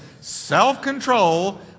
self-control